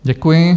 Děkuji.